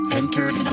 entered